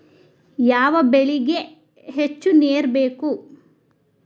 ಯಾವ ಬೆಳಿಗೆ ಹೆಚ್ಚು ನೇರು ಬೇಕು?